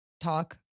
talk